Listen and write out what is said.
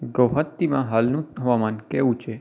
ગુવાહાટીમાં હાલનું હવામાન કેવું છે